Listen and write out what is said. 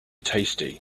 tasty